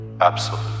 absolute